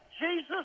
Jesus